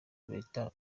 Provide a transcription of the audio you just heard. leta